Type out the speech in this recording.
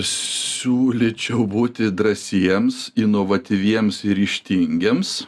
siūlyčiau būti drąsiems inovatyviems ir ryžtingiems